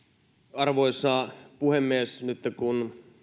arvoisa puhemies nyt kun